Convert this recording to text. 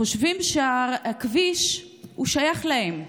חושבים שהכביש שייך להם.